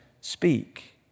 speak